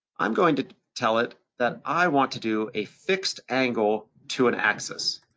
i'm going to tell it that i want to do a fixed angle to an axis.